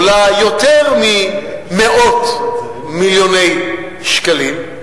עולה יותר ממאות מיליוני שקלים?